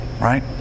Right